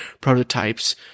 prototypes